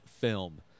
film